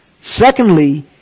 Secondly